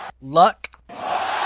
Luck